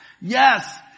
Yes